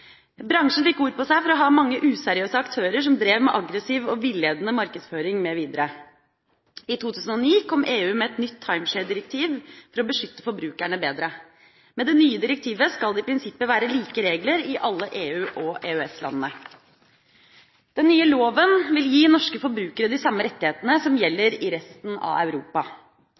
Bransjen fikk ord på seg for å ha mange useriøse aktører som drev med aggressiv og villedende markedsføring mv. I 2009 kom EU med et nytt timeshare-direktiv for å beskytte forbrukerne bedre. Med det nye direktivet skal det i prinsippet være like regler i alle EU- og EØS-landene. Den nye loven vil gi norske forbrukere de samme rettighetene som gjelder i resten av Europa.